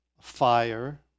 fire